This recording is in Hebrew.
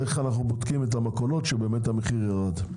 איך אנחנו בודקים את המכולות כדי לראות שבאמת המחיר ירד.